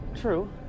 true